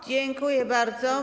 Dziękuję bardzo.